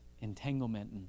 entanglement